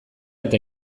eta